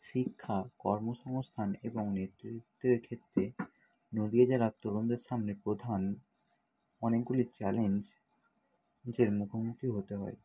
শিক্ষা কর্ম সংস্থান এবং নেতৃত্বের ক্ষেত্রে নদীয়া জেলার তরুণদের সামনে প্রধান অনেকগুলি চ্যালেঞ্জ জের মুখোমুখি হতে হয়